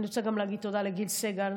אני רוצה להגיד תודה גם לגיל סגל,